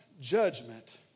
judgment